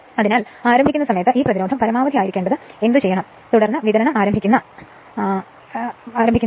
അതിനാൽ ആരംഭിക്കുന്ന സമയത്ത് ഈ പ്രതിരോധം പരമാവധി ആയിരിക്കേണ്ടത് തുടർന്ന് വിതരണം ആരംഭിക്കുക